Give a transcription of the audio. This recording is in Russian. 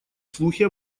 слухи